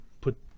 put